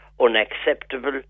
unacceptable